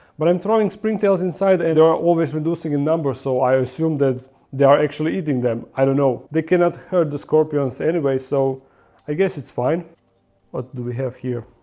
but i'm throwing springtails inside and are always reducing in number so i assume that they are actually eating them. i don't know they cannot hurt the scorpions anyway, so i guess it's fine what do we have here?